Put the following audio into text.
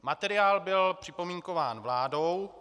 Materiál byl připomínkován vládou.